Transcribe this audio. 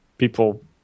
people